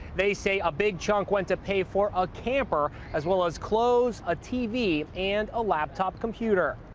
they say a big chunk went to pay for a camper, as well as clothes, a tv, and a laptop computer.